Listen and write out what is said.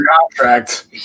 contract